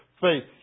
faith